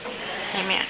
Amen